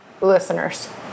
Listeners